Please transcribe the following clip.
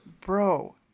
Bro